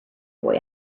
boy